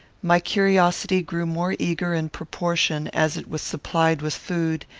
my curiosity grew more eager in proportion as it was supplied with food,